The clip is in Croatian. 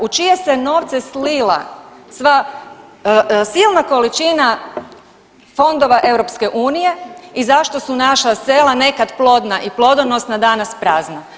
U čije se novce slila sva silna količina fondova EU i zašto su naša sela nekad plodna i plodonosna danas prazna?